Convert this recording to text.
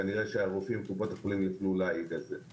כנראה רופאי קופות החולים יוכלו להעיד על זה.